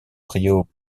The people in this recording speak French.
rio